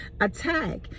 attack